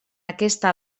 aquesta